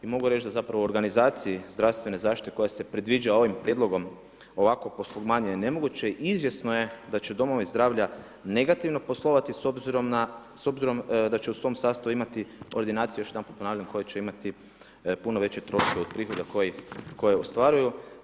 I mogu reć da zapravo u organizaciji zdravstvene zaštite koja se predviđa ovim prijedlogom ovako ... je nemoguće, izvjesno da će domovi zdravlja negativno poslovati s obzirom da će u svom sastavu imati ordinacije još jedanput ponavljam, koje će imati puno veće troškove od prihoda koje ostvaruju.